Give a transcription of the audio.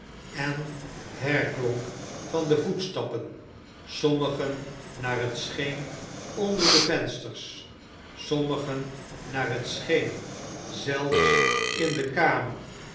en herklonk van de voetstappen sommigen naar het scheen onder de vensters sommigen naar het scheen zelfs in de kamer